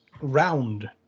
round